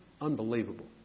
Unbelievable